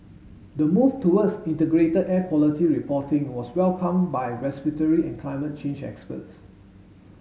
the move towards integrated air quality reporting was welcomed by respiratory and climate change experts